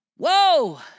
Whoa